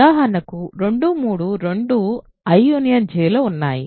ఉదాహరణకు 2 3 రెండూ I J లో ఉన్నాయి